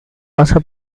pasa